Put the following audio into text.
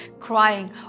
crying